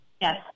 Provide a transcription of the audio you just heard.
yes